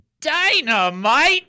Dynamite